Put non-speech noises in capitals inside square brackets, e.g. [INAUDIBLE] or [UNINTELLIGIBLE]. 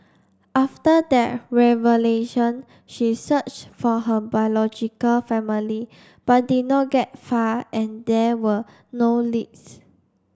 after [UNINTELLIGIBLE] revelation she searched for her biological family but did not get far and there were no leads